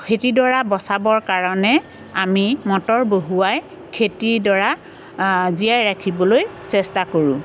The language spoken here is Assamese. খেতিডৰা বচাবৰ কাৰণে আমি মটৰ বহুৱাই খেতিডৰা জীয়াই ৰাখিবলৈ চেষ্টা কৰোঁ